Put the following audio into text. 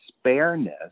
spareness